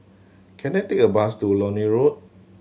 can I take a bus to Lornie Road